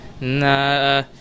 Nah